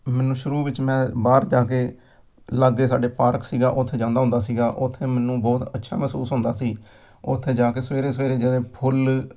ਮੈਨੂੰ ਸ਼ੁਰੂ ਵਿੱਚ ਮੈਂ ਬਾਹਰ ਜਾ ਕੇ ਲਾਗੇ ਸਾਡੇ ਪਾਰਕ ਸੀਗਾ ਉੱਥੇ ਜਾਂਦਾ ਹੁੰਦਾ ਸੀਗਾ ਉੱਥੇ ਮੈਨੂੰ ਬਹੁਤ ਅੱਛਾ ਮਹਿਸੂਸ ਹੁੰਦਾ ਸੀ ਉੱਥੇ ਜਾ ਕੇ ਸਵੇਰੇ ਸਵੇਰੇ ਜਿਹੜੇ ਫੁੱਲ